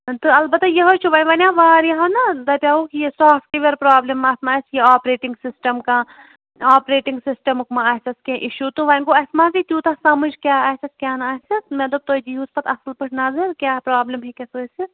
تہٕ البتہ یِہَے چھُ وَنۍ وَنیٛو واریاہ نہ دَپیاوُکھ یہِ سافٹوِیَر پرٛابلِم اَتھ ما آسہِ یہِ آپریٹِنٛگ سِسٹَم کانٛہہ آپریٹِنٛگ سِسٹَمُک ما آسٮ۪س کیٚنٛہہ اِشوٗ تہٕ وۄنۍ گوٚو اَسہِ ما یِی تیوٗتاہ سَمٕجھ کیٛاہ آسٮ۪س کیٛاہ نہٕ آسٮ۪س مےٚ دوٚپ تۄہہِ دِیوٗس پَتہٕ اَصٕل پٲٹھۍ نَظر کیٛاہ پرٛابلِم ہیٚکٮ۪س ٲسِتھ